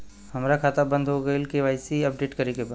हमार खाता बंद हो गईल ह के.वाइ.सी अपडेट करे के बा?